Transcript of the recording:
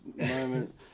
moment